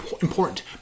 important